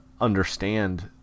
understand